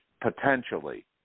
potentially